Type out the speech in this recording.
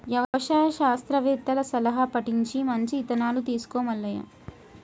యవసాయ శాస్త్రవేత్తల సలహా పటించి మంచి ఇత్తనాలను తీసుకో మల్లయ్య